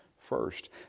first